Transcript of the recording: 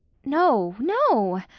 no no,